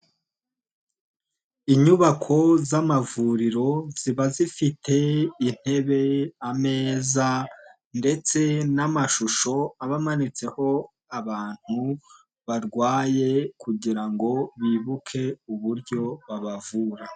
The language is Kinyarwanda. Inyubako z'amavuriro ziba zifite intebe, ameza ndetse n'amashusho aba amanitseho abantu barwaye kugira ngo bibuke uburyo babavura.